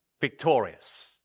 Victorious